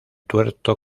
tuerto